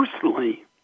Personally